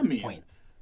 points